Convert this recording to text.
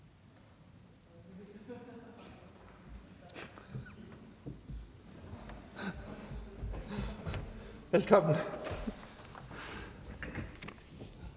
velkommen,